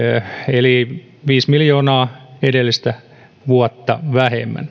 eli viisi miljoonaa edellistä vuotta vähemmän